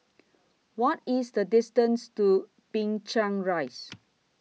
What IS The distance to Binchang Rise